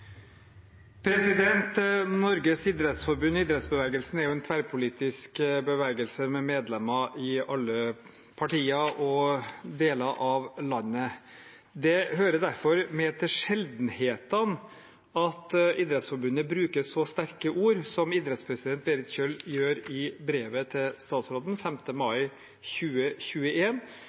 av landet. Det hører derfor med til sjeldenhetene at Idrettsforbundet bruker så sterke ord som idrettspresident Berit Kjøll gjør i brevet til statsråden 5. mai